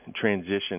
transition